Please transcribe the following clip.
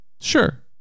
Sure